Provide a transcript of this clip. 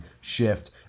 shift